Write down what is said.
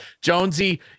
jonesy